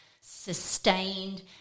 sustained